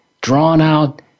drawn-out